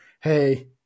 hey